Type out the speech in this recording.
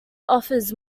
offers